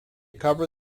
cover